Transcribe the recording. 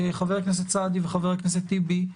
חבר הכנסת סעדי וחבר הכנסת טיבי,